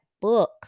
book